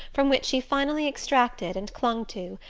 from which she finally extracted, and clung to,